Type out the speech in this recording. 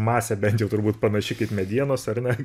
masė bent jau turbūt panaši kaip medienos ar ne